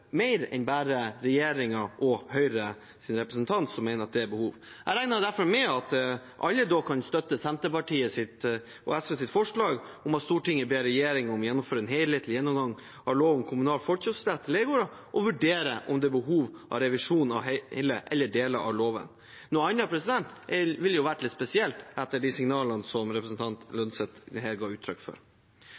mer enn bare regjeringen og Høyres representanter som mener at det er et behov. Jeg regner derfor med at alle kan støtte Senterpartiet og SVs forslag: «Stortinget ber regjeringen gjennomføre en helhetlig gjennomgang av lov om kommunal forkjøpsrett til leiegårder og vurdere om det er behov for revisjon av hele eller deler av loven.» Noe annet ville vært litt spesielt etter de signalene som representanten Holm Lønseth her ga uttrykk for.